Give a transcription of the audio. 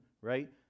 right